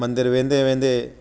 मंदिर वेंदे वेंदे